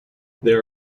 there